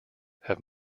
have